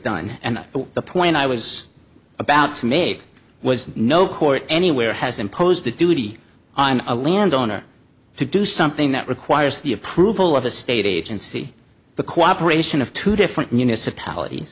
done and but the point i was about to make was that no court anywhere has imposed a duty on a land owner to do something that requires the approval of a state agency the cooperation of two different municipalities